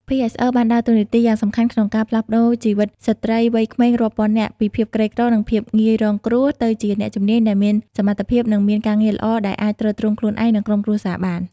PSE បានដើរតួនាទីយ៉ាងសំខាន់ក្នុងការ ផ្លាស់ប្តូរជីវិតស្ត្រីវ័យក្មេងរាប់ពាន់នាក់ ពីភាពក្រីក្រ និងភាពងាយរងគ្រោះ ទៅជាអ្នកជំនាញដែលមានសមត្ថភាព និងមានការងារល្អ ដែលអាចទ្រទ្រង់ខ្លួនឯង និងក្រុមគ្រួសារបាន។